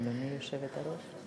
אדוני היושבת-ראש?